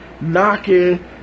knocking